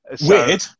Weird